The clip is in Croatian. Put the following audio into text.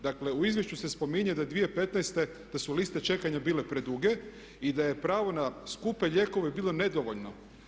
Dakle u izvješću se spominje da je 2015.da su liste čekanja bile preduge i da je pravo na skupe lijekove bilo nedovoljno.